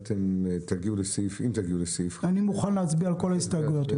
ותגיעו לסעיף --- אני מוכן להצביע על כל ההסתייגויות,